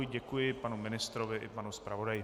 Děkuji panu ministrovi i panu zpravodaji.